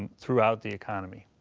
throughout the economy.